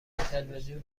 تلویزیون